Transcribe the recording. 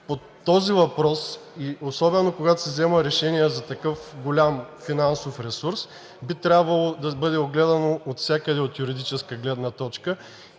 по този въпрос, и особено когато се взема решение за такъв голям финансов ресурс, би трябвало да бъде огледано отвсякъде от юридическа гледна точка.